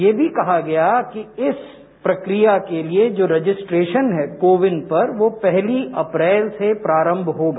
यह भी कहा गया कि इस प्रक्रिया के लिए जो रजिस्ट्रेशन है कोविन पर यो पहली अप्रैल से प्रारंभ होगा